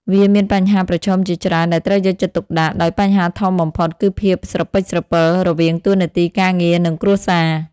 វាមានបញ្ហាប្រឈមជាច្រើនដែលត្រូវយកចិត្តទុកដាក់ ដោយបញ្ហាធំបំផុតគឺភាពស្រពិចស្រពិលរវាងតួនាទីការងារ និងគ្រួសារ។